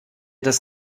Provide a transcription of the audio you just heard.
das